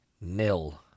nil